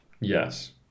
Yes